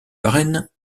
varennes